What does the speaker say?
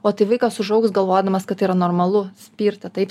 o tai vaikas užaugs galvodamas kad yra normalu spirta taip